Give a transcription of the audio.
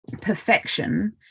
perfection